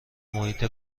محیط